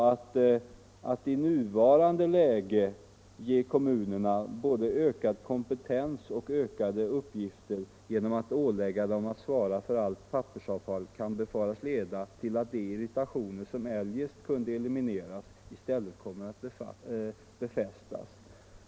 Att i nuvarande läge ge kommunerna både ökad kompetens och ökade uppgifter genom att ålägga dem att svara för allt pappersavfall kan, säger man, befaras leda till att de irritationer som eljest kunde elimineras i stället kommer att befästas.